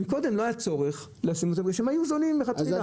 קודם לא היה צורך כי הם היו זולים מלכתחילה.